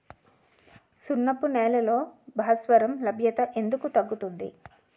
సున్నపు నేలల్లో భాస్వరం లభ్యత ఎందుకు తగ్గుతుంది?